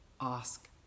Ask